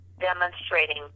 demonstrating